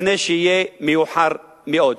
לפני שיהיה מאוחר מאוד.